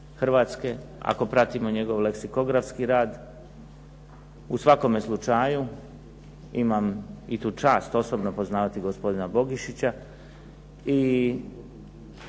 hrvatske, ako pratimo njegov leksikografski rad. U svakome slučaju imam i tu čast osobno poznavati gospodina Bogišića i